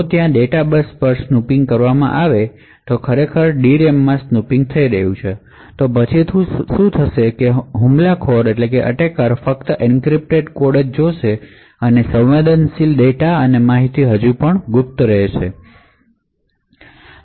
જો ત્યાં data bus પર સ્નૂપિંગ કરવામાં આવી છે અથવા ત્યાં ડી રેમ માં સ્નૂપિંગ થઈ રહી છે તો પછી શું થશે કે હુમલાખોર ફક્ત એન્ક્રિપ્ટેડ કોડ જોશે અને સંવેદનશીલ ડેટા અને માહિતી હજી પણ સીક્રેટરાખવામાં આવી છે